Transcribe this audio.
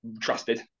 trusted